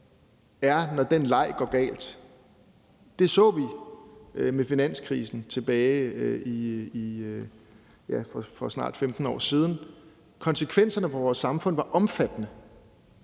er, når den leg går galt. Det så vi med finanskrisen tilbage for snart 15 år siden. Konsekvenserne for vores samfund var omfattende.